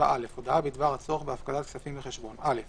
"הודעה בדבר הצורך בהפקדת כספים בחשבון 7א. (א)